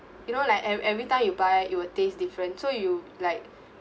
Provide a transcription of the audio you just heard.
you know like ev~ every time you buy it will taste different so you like